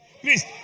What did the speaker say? Please